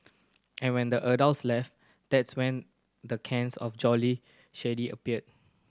and when the adults left that's when the cans of Jolly Shandy appear